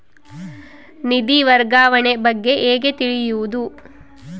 ನಿಧಿ ವರ್ಗಾವಣೆ ಬಗ್ಗೆ ಹೇಗೆ ತಿಳಿಯುವುದು?